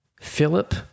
philip